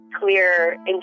clear